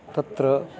तत्र